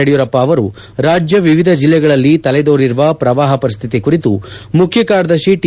ಯಡಿಯೂರಪ್ಪ ಅವರು ರಾಜ್ಯ ವಿವಿಧ ಜಿಲ್ಲೆಗಳಲ್ಲಿ ತಲೆ ದೋರಿರುವ ಪ್ರವಾಪ ಪರಿಸ್ಥಿತಿ ಕುರಿತು ಮುಖ್ಖಕಾರ್ಯದರ್ತಿ ಟಿ